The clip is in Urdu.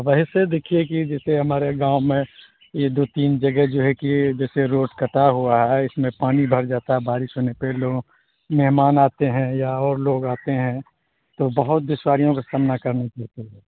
ویسے دیکھیے کہ جیسے ہمارے گاؤں میں یہ دو تین جگہ جو ہے کہ جیسے روڈ کٹا ہوا ہے اس میں پانی بھر جاتا ہے بارش ہونے پہ لوگ مہمان آتے ہیں یا اور لوگ آتے ہیں تو بہت دشواریوں کا سامنا کرنا پرتا ہے